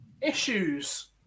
issues